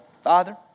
Father